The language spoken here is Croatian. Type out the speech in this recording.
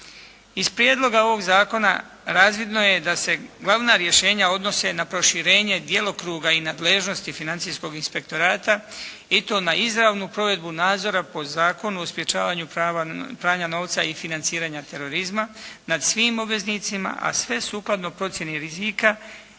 Iz prijedloga ovog zakona razvidno je da se glavna rješenja odnose na proširenje djelokruga i nadležnosti Financijskog inspektorata i to na izravnu provedbu nadzora po Zakonu o sprječavanju pranja novca i financiranja terorizma nad svim obveznicima, a sve sukladno procjeni rizika